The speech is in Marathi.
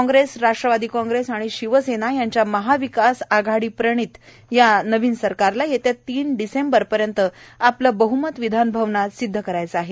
कांग्रेस राष्ट्रवादी कांग्रेस आणि शिवसेना यांच्या महाविकास आघाडी प्रणीत या नवीन सरकारला येत्या तीन डिसेंबरपर्यंत आपलं बहमत विधानभवनात सिदध करायचा आहे